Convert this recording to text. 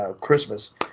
Christmas